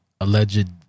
alleged